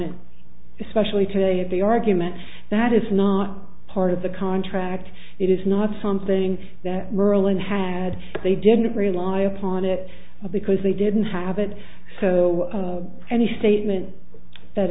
and especially today of the argument that is not part of the contract it is not something that merlin had they didn't rely upon it because they didn't have it so any statement that